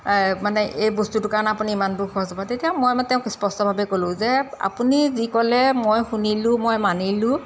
মানে এই বস্তুটোৰ কাৰণে আপুনি ইমানটো খৰচ হ'ব তেতিয়া মই মানে তেওঁক স্পষ্টভাৱে ক'লো যে আপুনি যি ক'লে মই শুনিলোঁ মই মানিলোঁ